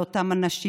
על אותם אנשים,